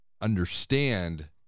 understand